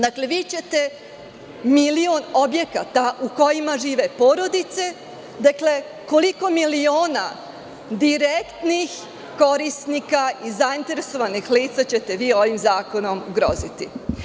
Dakle, vi ćete milion objekata u kojima žive porodice, koliko miliona direktnih korisnika i zainteresovanih lica ćete vi ovim zakonom ugroziti?